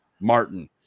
Martin